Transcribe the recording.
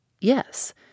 Yes